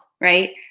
right